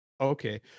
okay